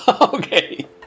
Okay